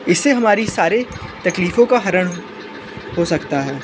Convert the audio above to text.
इससे हमारी सारी तकलीफ़ों का हरण हो सकता है